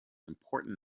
important